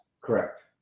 Correct